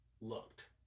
looked